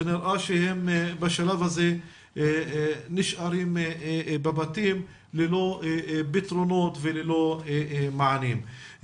ונראה שהם בשלב הזה נשארים בבתים ללא פתרונות וללא מענים.